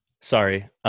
Sorry